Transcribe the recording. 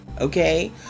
okay